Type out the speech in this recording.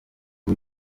ubu